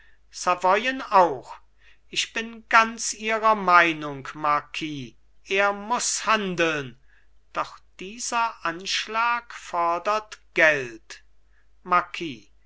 auch ich bin ganz ihrer meinung marquis er muß handeln doch dieser anschlag fordert geld